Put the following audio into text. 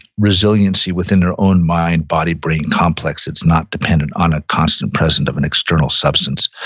resiliency within their own mind-body-brain complex that's not dependent on a constant presence of an external substance,